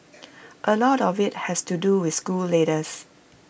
A lot of IT has to do with school leaders